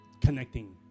connecting